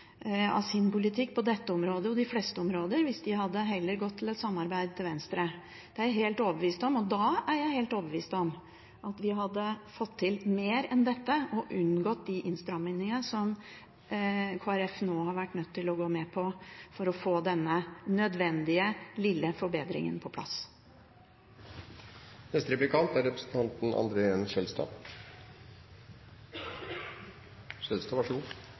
av sin politikk på dette området og de fleste områder hvis de heller hadde samarbeidet til venstre. Det er jeg helt overbevist om. Og da er jeg helt overbevist om at vi hadde fått til mer enn dette og unngått de innstrammingene som Kristelig Folkeparti nå har vært nødt til å gå med på for å få denne nødvendige, lille forbedringen på plass. Jeg har tidligere gitt honnør til SV og Karin Andersen, for det er